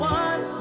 one